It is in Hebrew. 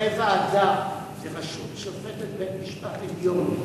אחרי ועדה בראשות שופטת בית-המשפט העליון,